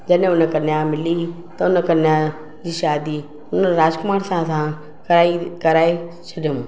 जॾहिं उन कन्या मिली त उन कन्याजी शादी उन राजकुमार सां असां कराई कराए छॾियाऊं